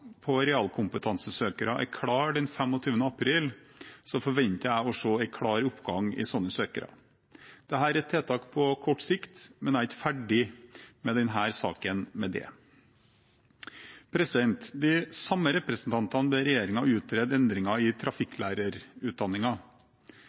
på realkompetansesøkere er klare den 25. april, forventer jeg å se en klar oppgang i sånne søkere. Dette er tiltak på kort sikt, men jeg er ikke ferdig med denne saken med det. De samme representantene ber regjeringen utrede endringer i